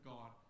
God